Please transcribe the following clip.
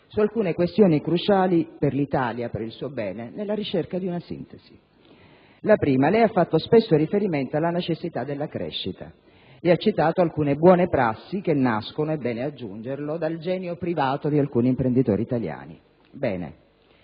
su alcune questioni cruciali per l'Italia e per il suo bene, nella ricerca di una sintesi. In primo luogo, lei ha fatto spesso riferimento alla necessità della crescita e ha citato alcune buone prassi che nascono - è bene aggiungerlo - dal genio privato di alcuni imprenditori italiani. Bene,